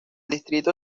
distrito